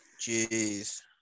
Jeez